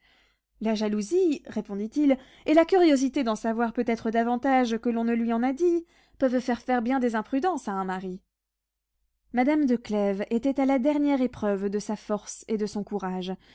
la jalousie répondit-il et la curiosité d'en savoir peut-être davantage que l'on ne lui en a dit peuvent faire faire bien des imprudences à un mari madame de clèves était à la dernière épreuve de sa force et de son courage